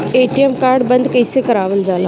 ATM card बन्द कईसे करावल जाला?